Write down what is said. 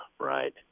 right